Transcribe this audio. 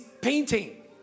painting